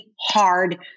hard